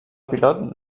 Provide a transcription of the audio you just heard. pilot